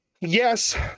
yes